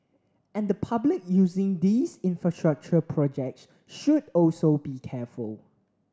and the public using these infrastructure projects should also be careful